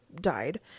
died